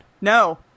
No